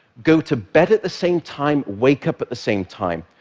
go to bed at the same time, wake up at the same time,